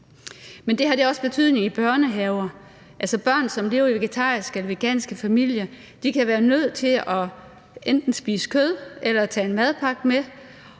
Men det her har også betydning i børnehaver. Altså, børn, der lever i vegetariske eller veganske familier, kan være nødt til enten at spise kød eller tage en madpakke med.